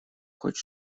хоть